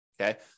Okay